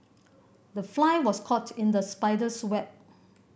the fly was caught in the spider's web